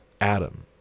Adam